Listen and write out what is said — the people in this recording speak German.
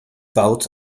baut